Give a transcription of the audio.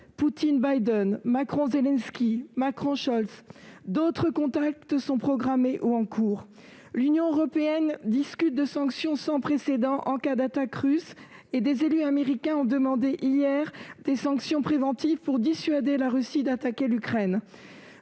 Poutine et Biden, Macron et Zelensky, Macron et Scholz. D'autres contacts sont programmés ou en cours. L'Union européenne discute de sanctions sans précédent en cas d'attaque russe et des élus américains ont demandé hier des sanctions préventives pour dissuader la Russie d'attaquer l'Ukraine.